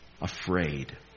afraid